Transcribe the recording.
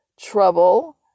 trouble